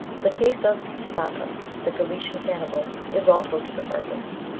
the case of sviatek, the gallician cannibal, is also to the purpose.